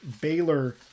Baylor